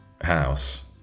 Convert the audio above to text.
house